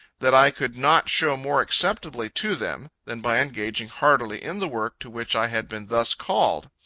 that i could not show more acceptably to them, than by engaging heartily in the work to which i had been thus called.